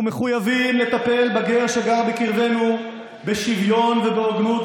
אנחנו מחויבים לטפל בגר שגר בקרבנו בשוויון ובהוגנות,